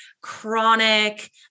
chronic